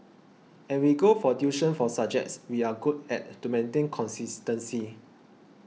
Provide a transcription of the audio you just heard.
and we go for tuition for subjects we are good at to maintain consistency